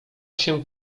się